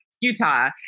Utah